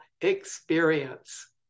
experience